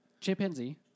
chimpanzee